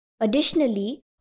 Additionally